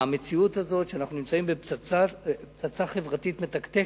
המציאות היא שאנחנו נמצאים בפצצה חברתית מתקתקת.